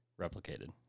replicated